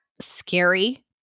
Scary